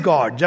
God